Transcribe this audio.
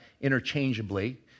interchangeably